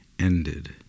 ended